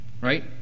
Right